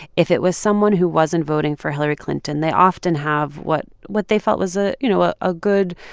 if it was someone who wasn't voting for hillary clinton, they often have what what they felt was a you know, ah a good,